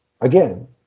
again